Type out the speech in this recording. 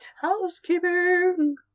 Housekeeping